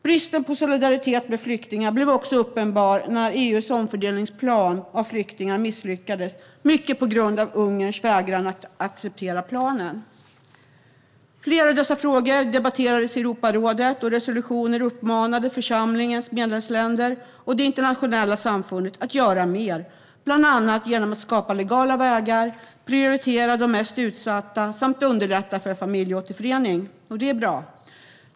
Bristen på solidaritet med flyktingar blev också uppenbar när EU:s omfördelningsplan av flyktingar misslyckades, mycket på grund av Ungerns vägran att acceptera planen. Flera av dessa frågor debatterades i Europarådet, och i resolutioner uppmanades församlingens medlemsländer och det internationella samfundet att göra mer, bland annat genom att skapa legala vägar, prioritera de mest utsatta samt underlätta för familjeåterförening. Det är bra.